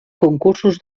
concursos